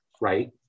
right